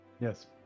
Yes